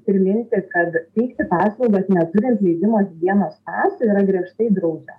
priminti kad teikti paslaugas neturint leidimo higienos pasui yra griežtai draudžia